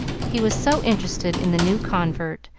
he was so interested in the new convert,